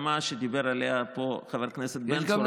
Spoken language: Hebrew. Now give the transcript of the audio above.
נקמה שדיבר עליה פה חבר הכנסת בן צור,